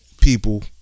People